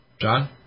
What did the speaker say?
John